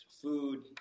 food